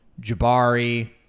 Jabari